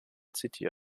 zitiert